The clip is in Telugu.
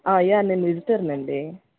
యా నేను విజిటర్ని అండి